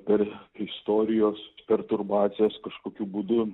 per istorijos perturbacijas kažkokiu būdu